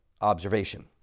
observation